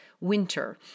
winter